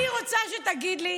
אני רוצה שתגיד לי